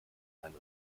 ein